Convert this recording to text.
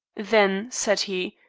then, said he,